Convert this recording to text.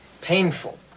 Painful